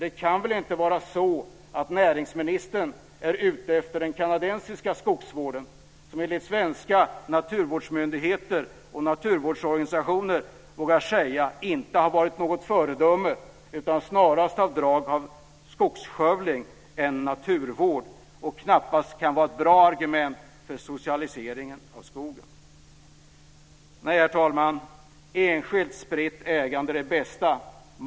Det kan väl inte vara så att näringsministern är ute efter den kanadensiska skogsvården, som enligt svenska naturvårdsmyndigheter och naturvårdsorganisationer inte har varit något föredöme utan snarare har drag av skogsskövling än naturvård. Det kan knappast vara ett bra argument för socialiseringen av skogen. Nej, herr talman, enskilt spritt ägande är det bästa.